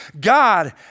God